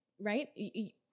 Right